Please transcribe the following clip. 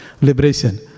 liberation